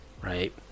right